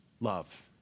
love